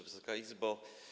Wysoka Izbo!